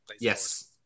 Yes